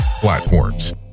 platforms